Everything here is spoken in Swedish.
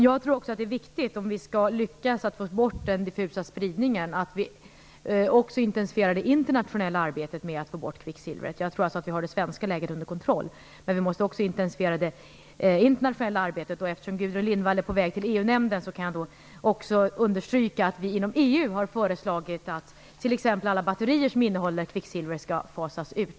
Jag tror också, om vi skall lyckas få bort den diffusa spridningen, att det är viktigt att vi också intensifierar det internationella arbetet med att få bort kvicksilvret. Jag tror alltså att vi har det svenska läget under kontroll, men vi måste också intensifiera det internationella arbetet. Eftersom Gudrun Lindvall är på väg till EU-nämnden kan jag också understryka att vi inom EU har föreslagit att t.ex. alla batterier som innehåller kvicksilver skall fasas ut.